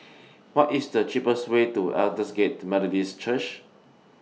What IS The cheapest Way to Aldersgate Methodist Church